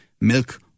milk